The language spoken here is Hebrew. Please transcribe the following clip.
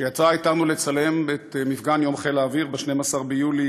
שיצא אתנו לצלם את מפגן יום חיל האוויר ב-12 ביולי